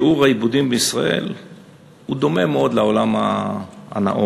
שיעור האיבודים בישראל דומה מאוד לזה שבעולם הנאור,